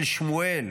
של שמואל.